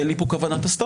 אין לי כאן כוונת הסתרה.